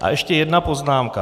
A ještě jedna poznámka.